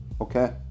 okay